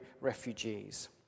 refugees